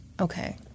Okay